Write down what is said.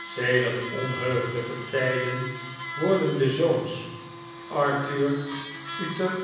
sedert onheugelijke tijden worden de zoons arthur uther